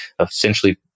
essentially